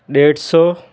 ॾेढ सौ